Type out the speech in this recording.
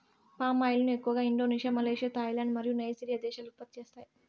palm oil ను ఎక్కువగా Indonesia, Malaysia, Thailand మరియు నైజీరియా దేశాలు ఉత్పత్తి చేస్తాయి